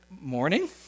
morning